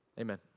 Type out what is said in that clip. amen